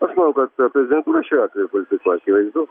aš manau kad prezidentūra šiuo atveju politikuoja akivaizdu